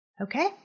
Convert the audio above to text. Okay